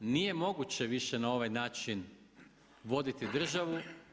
Nije moguće više na ovaj način voditi državu.